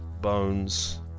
bones